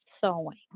sewing